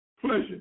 pleasure